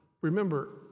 remember